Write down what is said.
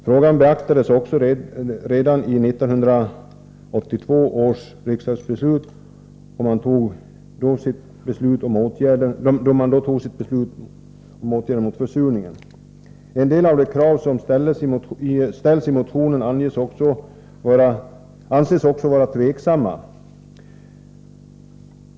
Frågan beaktades också redan under 1982 i samband med att riksdagen tog sitt beslut om åtgärder mot försurningen. En del av de krav som ställs i motionen anses också vara tveksamma.